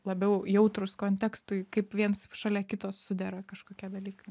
labiau jautrūs kontekstui kaip viens šalia kito sudera kažkokie dalykai